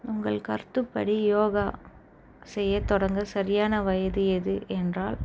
உங்கள் கருத்துப்படி யோகா செய்யத் தொடங்க சரியான வயது எது என்றால்